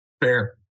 Fair